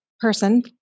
person